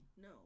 No